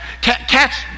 Cats